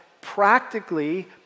practically